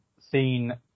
seen